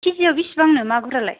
केजियाव बिसिबां नो मागुरआलाय